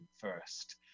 first